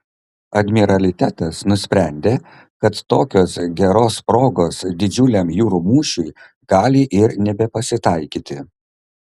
admiralitetas nusprendė kad tokios geros progos didžiuliam jūrų mūšiui gali ir nebepasitaikyti